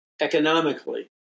economically